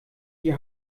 die